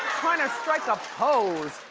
trying to strike a pose.